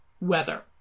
weather